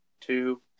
two